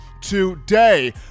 today